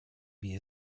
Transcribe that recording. wie